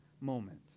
moment